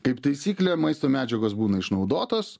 kaip taisyklė maisto medžiagos būna išnaudotos